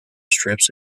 strips